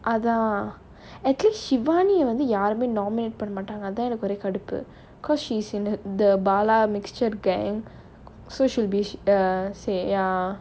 அதான்:adhaan actually shivani வந்து யாருமே:vandhu yaarumae nominate பண்ண மாட்டாங்க அதான் எனக்கு ஒரே கடுப்பு:panna maataanga adhaan enaku orae kaduppu because she's in the bala mixture gang so she'll be err sa~ ya